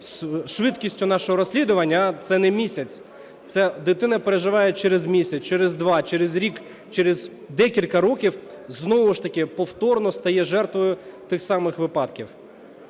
швидкістю нашого розслідування, це не місяць, це дитина переживає через місяць, через два, через рік, через декілька років знову ж таки повторно стає жертвою тих самих випадків.